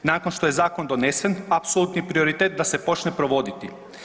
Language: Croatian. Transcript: Nakon što je zakon donesen apsolutni je prioritet da se počne provoditi.